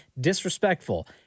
disrespectful